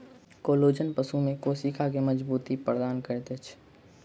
collagen पशु में कोशिका के मज़बूती प्रदान करैत अछि